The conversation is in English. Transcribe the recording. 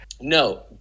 No